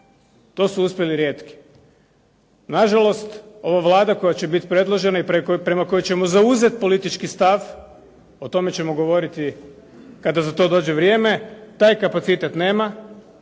to su uspjeli rijetki. Nažalost, ova Vlada koja će biti predložena i prema kojoj ćemo zauzeti politički stav o tome ćemo govoriti kada za to dođe vrijeme taj kapacitet nema.